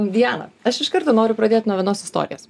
diana aš iš karto noriu pradėt nuo vienos istorijos